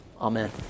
Amen